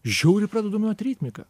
žiauriai pradeda dominuot ritmika